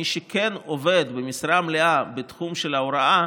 מי שכן עובד במשרה מלאה בתחום ההוראה,